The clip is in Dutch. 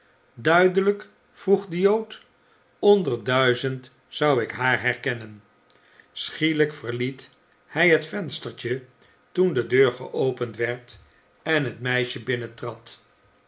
duidelijk vroeg de jood onder duizend zou ik haar herkennen schielijk verliet hij het venstertje toen de deur geopend werd en het meisje